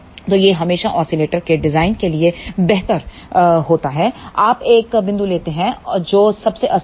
तो यह हमेशा ओसीलेटर के डिजाइन के लिए बेहतर होता है आप एक बिंदु लेते हैं जो सबसे अस्थिर है